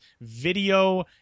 video